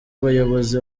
abayobozi